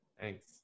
Thanks